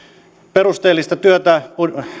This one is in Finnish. perusteellista työtä